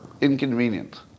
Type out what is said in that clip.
inconvenient